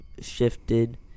shifted